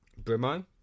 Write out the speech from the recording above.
Brimo